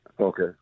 Okay